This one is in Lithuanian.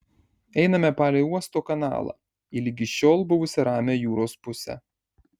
einame palei uosto kanalą į ligi šiol buvusią ramią jūros pusę